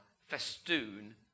festoon